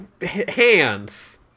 hands